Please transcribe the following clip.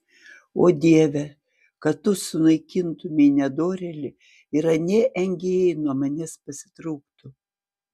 o dieve kad tu sunaikintumei nedorėlį ir anie engėjai nuo manęs pasitrauktų